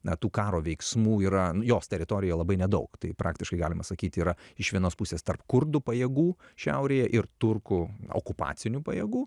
na tų karo veiksmų yra nu jos teritorijoje labai nedaug tai praktiškai galima sakyti yra iš vienos pusės tarp kurdų pajėgų šiaurėje ir turkų okupacinių pajėgų